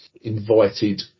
invited